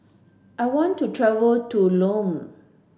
I want to travel to Lome